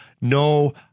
no